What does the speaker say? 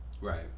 Right